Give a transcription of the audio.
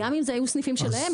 גם אם זה היו סניפים שלהם,